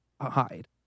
hide